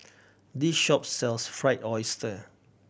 this shop sells Fried Oyster